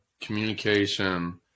communication